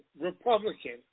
Republican